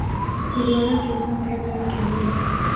उर्वरक केतना प्रकार के होला?